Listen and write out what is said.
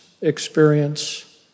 experience